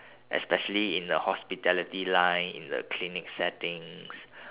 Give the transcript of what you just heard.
especially in the hospitality line in the clinic settings